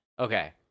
Okay